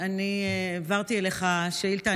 אני העברתי אליך שאילתה.